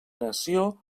nació